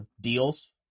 deals